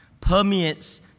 permeates